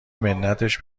منتش